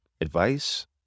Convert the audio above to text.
advice